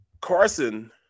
Carson